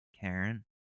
Karen